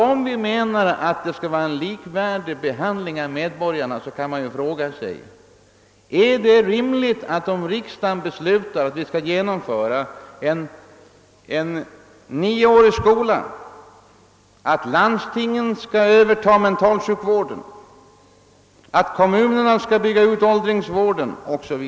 Om alla menar att det skall ske en likvärdig behandling av medborgarna kan man fråga sig om det är rimligt, att riksdagen på det sätt som skett beslutar om att genomföra en nioårig skola, om att mentalsjukvården skall överföras till landstingen, om att kommunerna skall bygga ut åldringsvården o. s. v.